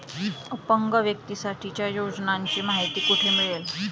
अपंग व्यक्तीसाठीच्या योजनांची माहिती कुठे मिळेल?